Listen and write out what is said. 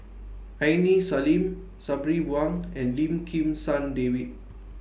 Aini Salim Sabri Buang and Lim Kim San David